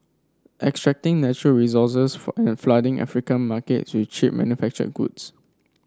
extracting natural resources and flooding African markets with cheap manufactured goods